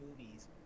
movies